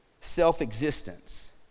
Self-existence